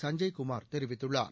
சஞ்சய் குமார் தெரிவித்துள்ளார்